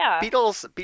Beetles